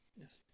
Yes